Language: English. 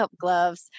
gloves